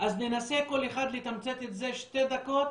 אז ננסה כל אחד לתמצת את זה שתי דקות